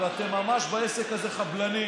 אבל אתם ממש בעסק הזה חבלנים.